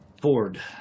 Ford